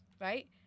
right